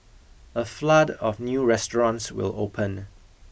a flood of new restaurants will open